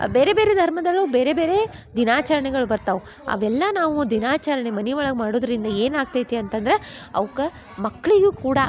ಬೇರೆ ಬೇರೆ ಧರ್ಮದಲ್ಲೂ ಬೇರೆ ಬೇರೆ ದಿನಾಚರಣೆಗಳು ಬರ್ತವೆ ಅವೆಲ್ಲ ನಾವು ದಿನಾಚರಣೆ ಮನೆ ಒಳಗೆ ಮಾಡೋದ್ರಿಂದ ಏನಾಗ್ತೈತಿ ಅಂತಂದ್ರೆ ಅವಕ್ಕ ಮಕ್ಕಳಿಗೂ ಕೂಡ